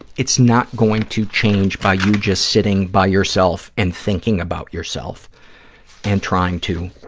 it's not going to change by you just sitting by yourself and thinking about yourself and trying to